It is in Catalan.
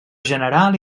general